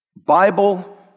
Bible